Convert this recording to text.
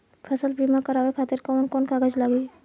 फसल बीमा करावे खातिर कवन कवन कागज लगी?